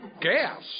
gas